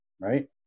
Right